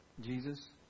Jesus